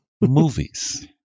movies